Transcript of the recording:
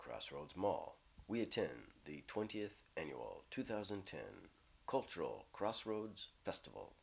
crossroads mall we attend the twentieth annual two thousand and ten cultural crossroads fest